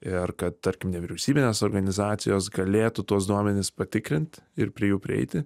ir kad tarkim nevyriausybinės organizacijos galėtų tuos duomenis patikrint ir prie jų prieiti